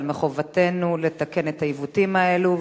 אבל מחובתנו לתקן את העיוותים האלו,